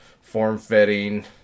form-fitting